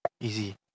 easy